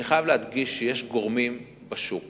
אני חייב להדגיש שיש גורמים בשוק